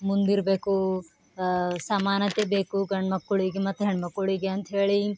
ಮುಂದಿರಬೇಕು ಸಮಾನತೆ ಬೇಕು ಗಂಡ್ಮಕ್ಕಳಿಗೆ ಮತ್ತು ಹೆಣ್ಮಕ್ಕಳಿಗೆ ಅಂತ್ಹೇಳಿ